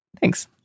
Thanks